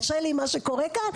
קשה לי עם מה שקורה כאן,